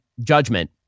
judgment